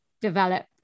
develop